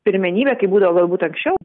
pirmenybė kaip būdavo galbūt anksčiau